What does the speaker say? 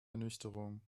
ernüchterung